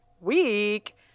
week